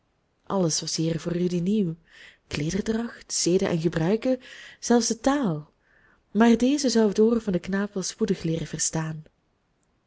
was hier voor rudy nieuw kleederdracht zeden en gebruiken zelfs de taal maar deze zou het oor van den knaap wel spoedig leeren verstaan